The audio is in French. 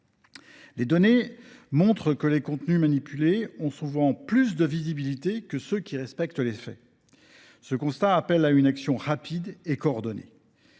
Les données montrent que les contenus manipulés ont souvent plus de visibilité que ceux qui respectent les faits. Ce constat appelle une action rapide et coordonnée.